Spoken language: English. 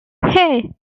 hey